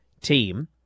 team